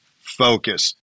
focus